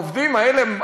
העובדים האלה,